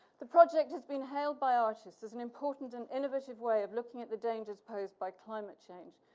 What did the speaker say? the project has been hailed by artists as an important and innovative way of looking at the dangers posed by climate change,